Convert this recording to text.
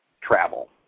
travel